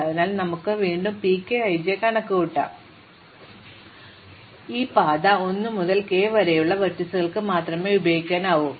അതിനാൽ ഞങ്ങൾ വീണ്ടും ഈ അളവ് P k i j വീണ്ടും കണക്കുകൂട്ടും അത് പാതയുണ്ടെന്നും ഈ പാത 1 മുതൽ k വരെയുള്ള ലംബങ്ങൾ മാത്രമേ ഉപയോഗിക്കുന്നുള്ളൂ എന്നും പറയുന്നു